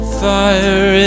fire